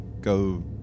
go